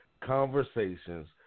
conversations